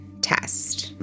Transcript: test